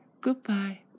Goodbye